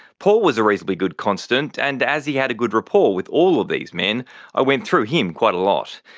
paul was a reasonably good constant and as he had a good rapport with all of these men i went through him quite a lot.